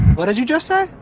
what did you just say?